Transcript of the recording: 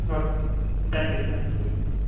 okay thank you sir hmm ம்